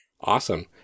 Awesome